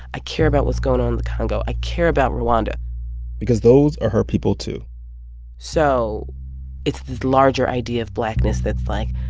i care about what's going on the congo, i care about rwanda because those are her people, too so it's this larger idea of blackness that's, like,